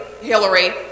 Hillary